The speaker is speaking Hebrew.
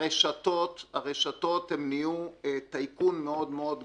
הרשתות נהיו טייקון מאוד-מאוד גדול.